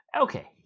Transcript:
Okay